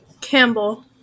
Campbell